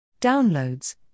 Downloads